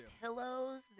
pillows